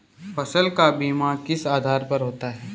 फसल का बीमा किस आधार पर होता है?